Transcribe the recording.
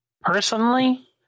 Personally